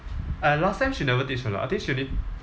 uh last time she never teach a lot I think she only